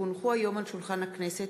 כי הונחו היום על שולחן הכנסת,